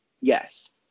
yes